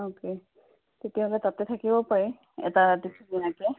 okay তেতিয়াহ'লে তাতে থাকিব পাৰি এটা ৰাতি